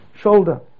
shoulder